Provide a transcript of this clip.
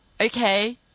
Okay